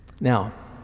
Now